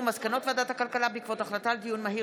מסקנות ועדת הכלכלה בעקבות דיון מהיר